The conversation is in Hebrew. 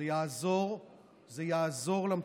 וזה יעזור למטופלים.